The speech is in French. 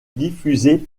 diffusé